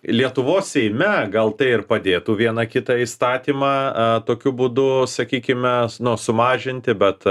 lietuvos seime gal tai ir padėtų vieną kitą įstatymą a tokiu būdu sakykime nu sumažinti bet